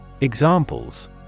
Examples